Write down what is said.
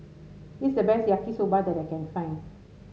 this is the best Yaki Soba that I can find